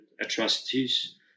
atrocities